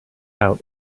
out